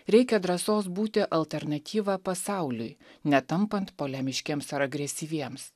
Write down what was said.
reikia drąsos būti alternatyva pasauliui netampant polemiškiems ar agresyviems